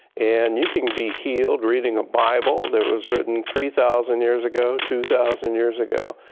and you can be healed reading a bible that was written three thousand years ago, two thousand years ago.